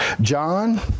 John